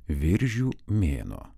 viržių mėnuo